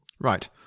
Right